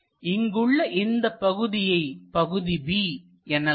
இங்குள்ள இந்தப் பகுதியை பகுதி B எனலாம்